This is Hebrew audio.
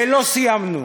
ולא סיימנו.